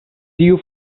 tiu